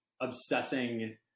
obsessing